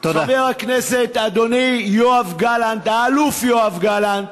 אדוני חבר הכנסת יואב גלנט, האלוף יואב גלנט,